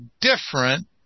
different